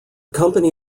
company